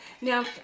now